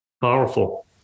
Powerful